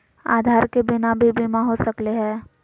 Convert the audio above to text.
आधार के बिना भी बीमा हो सकले है?